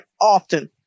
often